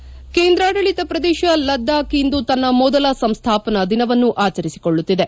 head ಕೇಂದ್ರಾಡಳಿತ ಪ್ರದೇಶ ಲದ್ದಾಖ್ ಇಂದು ತನ್ನ ಮೊದಲ ಸಂಸ್ಟಾಪನಾ ದಿನವನ್ನು ಆಚರಿಸಿಕೊಳ್ಳುತ್ತಿದೆ